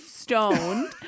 stoned